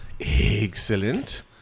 Excellent